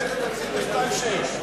התקציב ב-2.6.